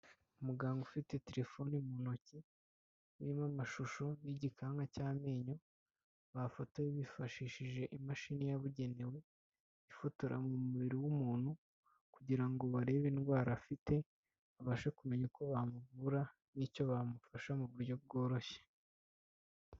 Umuganga ufite telefoni mu ntoki irimo amashusho y'igikanka cy'amenyo, bafotoye bifashishije imashini yabugenewe ifotora mu mubiri w'umuntu kugira ngo barebe indwara afite, babashe kumenya uko bamuvura n'icyo bamufasha mu buryo bworoshye.